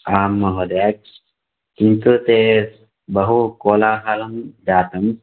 आं महोदय किन्तु ते बहु कोलाहलं जातं